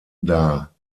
dar